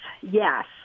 yes